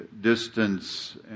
distance